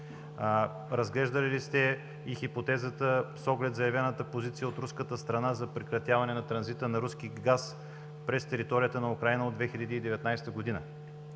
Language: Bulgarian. Разглеждали ли сте и хипотезата с оглед заявената позиция от руската страна за прекратяване на транзита на руски газ през територията на Украйна от 2019 г.?